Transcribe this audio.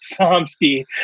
Somsky